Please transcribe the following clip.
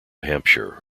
hampshire